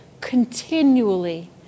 continually